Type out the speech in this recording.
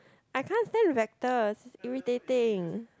I can't say vectors irritating